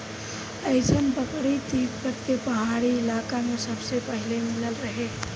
अइसन बकरी तिब्बत के पहाड़ी इलाका में सबसे पहिले मिलल रहे